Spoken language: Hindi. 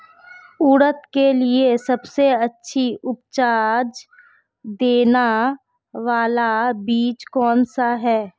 उड़द के लिए सबसे अच्छा उपज देने वाला बीज कौनसा है?